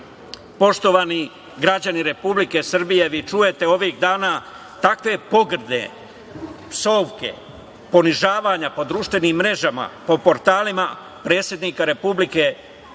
poštovani građani Republike Srbije, vi čujete ovih dana takve pogrde, psovke, ponižavanja po društvenim mrežama, po portalima, na predsednika Republike